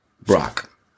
Brock